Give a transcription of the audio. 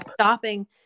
stopping